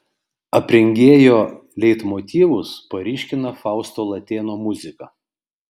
aprengėjo leitmotyvus paryškina fausto latėno muzika